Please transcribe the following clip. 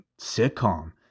sitcom